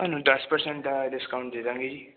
ਤੁਹਾਨੂੰ ਦਸ ਪ੍ਰਸੈਂਟ ਦਾ ਡਿਸਕਾਊਂਟ ਦੇ ਦਾਂਗੇ ਜੀ